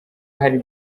hari